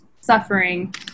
suffering